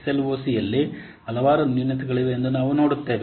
ಎಸ್ಎಲ್ಒಸಿಯಲ್ಲಿ ಹಲವಾರು ನ್ಯೂನತೆಗಳಿವೆ ಎಂದು ನಾವು ನೋಡುತ್ತೇವೆ